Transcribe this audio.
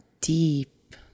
deep